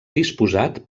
disposat